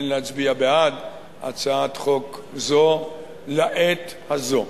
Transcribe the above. אין להצביע בעד הצעת חוק זו לעת הזאת.